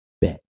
bet